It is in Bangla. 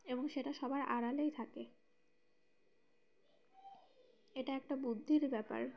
এবং সেটা সবার আড়ালেই থাকে এটা একটা বুদ্ধির ব্যাপার